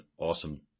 awesome